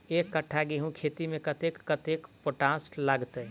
एक कट्ठा गेंहूँ खेती मे कतेक कतेक पोटाश लागतै?